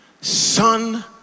son